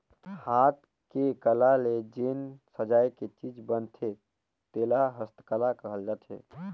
हाथ के कला ले जेन सजाए के चीज बनथे तेला हस्तकला कहल जाथे